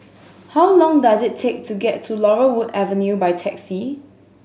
how long does it take to get to Laurel Wood Avenue by taxi